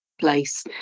place